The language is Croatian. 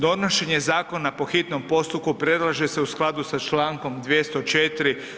Donošenje Zakona po hitnom postupku predlaže se u skladu sa čl. 204.